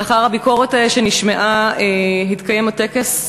לאחר הביקורת שנשמעה התקיים הטקס,